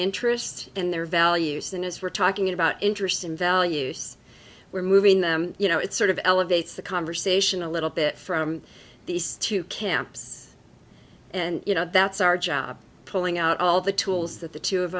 interests and their values then as we're talking about interests and values we're moving them you know it sort of elevates the conversation a little bit from these two camps and you know that's our job pulling out all the tools that the two of